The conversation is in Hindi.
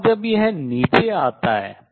और जब यह नीचे आता है